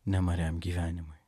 nemariam gyvenimui